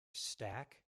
stack